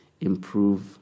improve